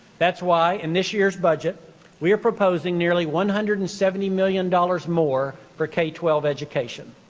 that's why in this year's budget we are proposing nearly one hundred and seventy million dollars more for k twelve education.